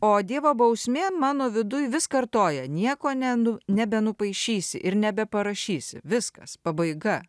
o dievo bausmė mano viduj vis kartoja nieko nebe nebenupaišysi ir nebeparašysi viskas pabaiga